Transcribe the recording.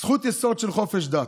יסוד של חופש דת.